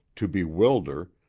to bewilder,